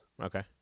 Okay